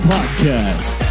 Podcast